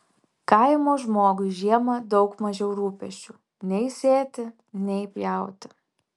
kaimo žmogui žiemą daug mažiau rūpesčių nei sėti nei pjauti